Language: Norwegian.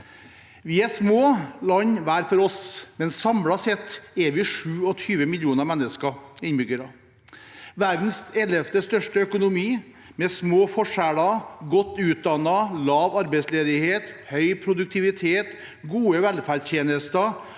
Vi er små land hver for oss, men samlet sett er vi 27 millioner mennesker og innbyggere, vi har verdens ellevte største økonomi, vi har små forskjeller og er godt utdannet, har lav arbeidsledighet, høy produktivitet og gode velferdstjenester,